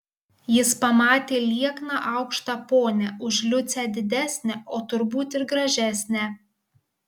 jis pamatė liekną aukštą ponią už liucę didesnę o turbūt ir gražesnę